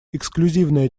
эксклюзивное